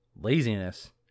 laziness